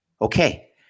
Okay